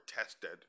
tested